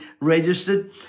registered